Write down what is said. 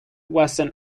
western